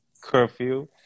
curfew